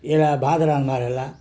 ଏଲା ବାଦ୍ରାନ୍ ମାରଲା